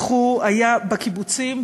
בקיבוצים,